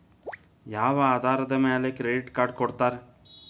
ಯಾವ ಆಧಾರದ ಮ್ಯಾಲೆ ಕ್ರೆಡಿಟ್ ಕಾರ್ಡ್ ಕೊಡ್ತಾರ?